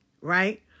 right